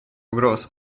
угроз